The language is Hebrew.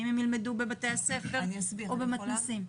האם הם ילמדו בבתי הספר או במתנ"סים?